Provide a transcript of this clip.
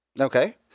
Okay